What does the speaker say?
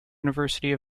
university